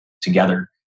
together